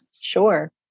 Sure